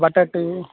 ಬಟಾಟೆ